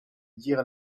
dire